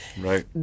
Right